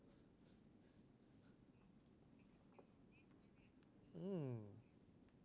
hmm